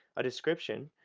a description.